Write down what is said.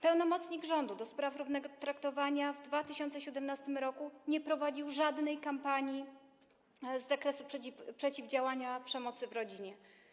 Pełnomocnik rządu do spraw równego traktowania w 2017 r. nie prowadził żadnej kampanii z zakresu przeciwdziałania przemocy w rodzinie.